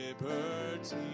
liberty